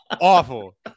awful